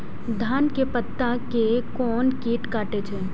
धान के पत्ता के कोन कीट कटे छे?